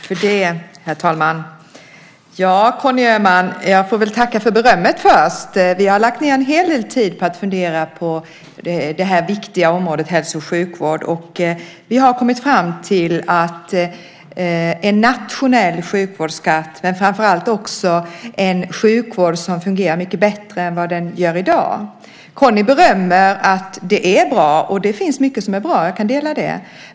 Herr talman! Jag får först tacka för berömmet, Conny Öhman! Vi har lagt ned en hel del tid på att fundera på det viktiga området hälso och sjukvård. Vi har kommit fram till att vi bör ha en nationell sjukvårdsskatt, men framför allt en sjukvård som fungerar mycket bättre än den gör i dag. Conny berömmer och säger att det är bra i dag. Och det finns mycket som är bra; jag kan dela den synen.